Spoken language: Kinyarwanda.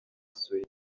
suwedi